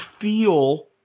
feel